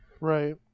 Right